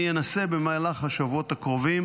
אנסה במהלך השבועות הקרובים